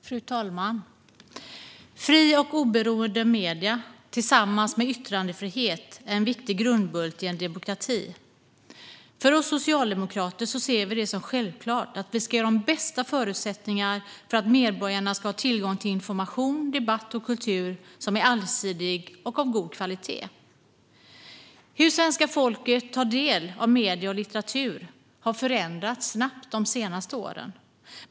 Fru talman! Fria och oberoende medier, tillsammans med yttrandefrihet, är en viktig grundbult i en demokrati. Vi socialdemokrater ser det som självklart att vi ska ge de bästa förutsättningarna för medborgarna att ha tillgång till information, debatt och kultur som är allsidig och av god kvalitet. Hur svenska folket tar del av medier och litteratur har förändrats snabbt under de senaste åren.